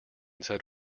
said